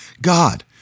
God